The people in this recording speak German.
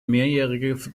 mehrjährige